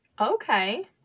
Okay